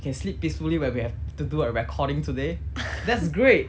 can sleep peacefully when we have to do a recording today that's great